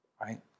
Right